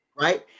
Right